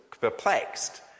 Perplexed